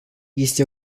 este